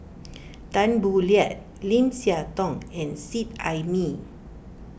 Tan Boo Liat Lim Siah Tong and Seet Ai Mee